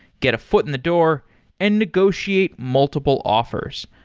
get a foot in the door and negotiate multiple offers.